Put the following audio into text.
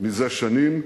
מזה שנים.